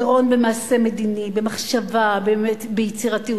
גירעון במעשה מדיני, במחשבה וביצירתיות.